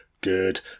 Good